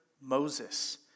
Moses